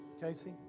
Casey